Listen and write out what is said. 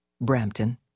Brampton